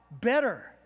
better